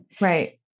Right